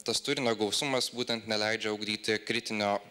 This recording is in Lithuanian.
tas turinio gausumas būtent neleidžia ugdyti kritinio